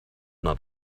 not